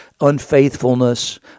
Unfaithfulness